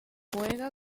juega